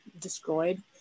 destroyed